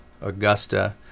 Augusta